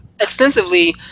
extensively